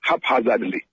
haphazardly